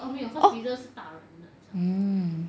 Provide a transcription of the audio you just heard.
oh um